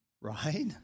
Right